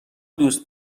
دوست